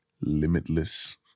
limitless